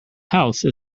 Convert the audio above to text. house